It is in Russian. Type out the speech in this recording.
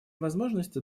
возможности